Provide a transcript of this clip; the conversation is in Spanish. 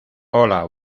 hola